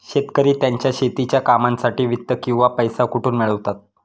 शेतकरी त्यांच्या शेतीच्या कामांसाठी वित्त किंवा पैसा कुठून मिळवतात?